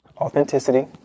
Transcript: Authenticity